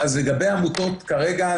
אז לגבי העמותות כרגע,